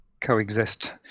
coexist